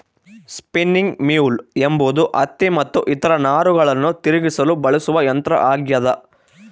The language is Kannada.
ಸ್ಪಿನ್ನಿಂಗ್ ಮ್ಯೂಲ್ ಎಂಬುದು ಹತ್ತಿ ಮತ್ತು ಇತರ ನಾರುಗಳನ್ನು ತಿರುಗಿಸಲು ಬಳಸುವ ಯಂತ್ರ ಆಗ್ಯದ